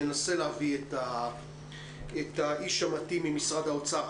ננסה להביא את האיש המתאים ממשרד האוצר.